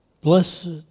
blessed